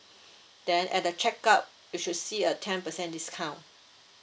then at the check out you should see a ten percent discount